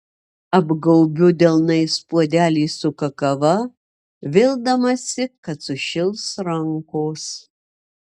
apgaubiu delnais puodelį su kakava vildamasi kad sušils rankos